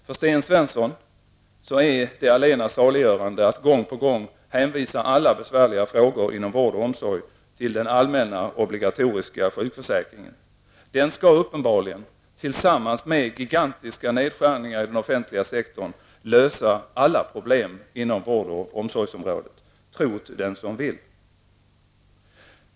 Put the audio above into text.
För Sten Svensson är det allena saliggörande att gång på gång hänvisa alla besvärliga vård och omsorgsfrågor till den allmänna obligatoriska sjukförsäkringen. Den skall uppenbarligen, tillsammans med gigantiska nedskärningar inom den offentliga sektorn, lösa alla problem inom vården och omsorgen -- tro't den som vill!